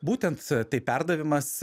būtent tai perdavimas